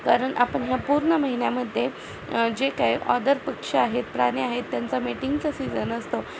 कारण आपण ह्या पूर्ण महिन्यामध्ये जे काय ऑदर पक्षी आहेत प्राणी आहेत त्यांचा मेटिंगचं सीझन असतो